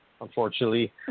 Unfortunately